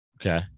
Okay